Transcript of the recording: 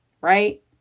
right